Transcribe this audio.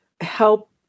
help